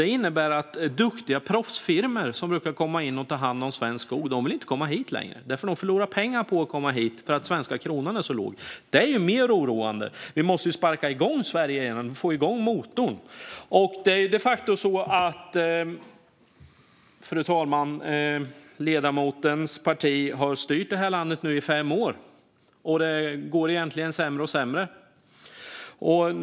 Det innebär att de duktiga proffsfirmor som brukar komma hit och ta hand om svensk skog inte vill komma hit längre eftersom de förlorar pengar på att komma hit eftersom den svenska kronan är så lågt värderad. Det är mer oroande. Vi måste sparka igång Sverige igen och få igång motorn. Fru talman! Det är de facto så att ledamotens parti har styrt detta land i fem år, och det går egentligen sämre och sämre.